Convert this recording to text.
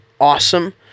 awesome